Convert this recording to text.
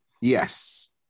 Yes